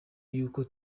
yuko